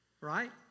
Right